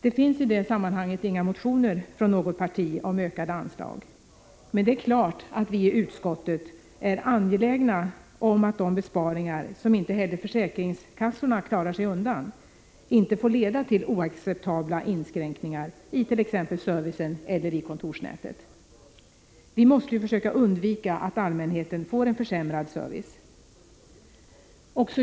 Det finns i det sammanhanget inga motioner om ökade anslag från något parti. Men det är klart att vi i utskottet är angelägna om att de besparingar som inte heller Prot. 1985/86:128 försäkringskassorna klarar sig undan inte får leda till oacceptabla inskränk = 25 april 1986 ningar i t.ex. servicen eller i kontorsnätet. Vi måste ju försöka undvika att allmänheten får en försämrad service.